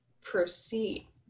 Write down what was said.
proceed